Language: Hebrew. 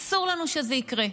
אסור לנו שזה יקרה,